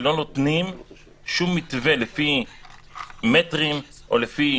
ולא נותנים שום מתווה לפי מטרים או לפי